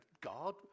God